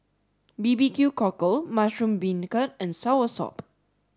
B B Q Cockle Mushroom Beancurd and Soursop